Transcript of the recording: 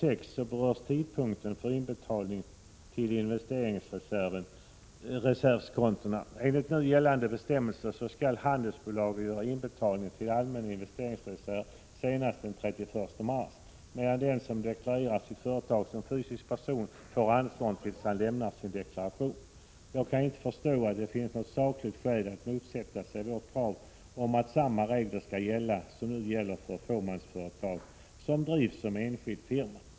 deklarerar sitt företag som fysisk person får anstånd tills han lämnar sin — Prot. 1986/87:94 deklaration. Jag kan inte förstå att det finns något sakligt skäl att motsätta sig 25 mars 1987 vårt krav på att samma regler skall gälla som nu gäller för fåmansföretag som drivs som enskild firma.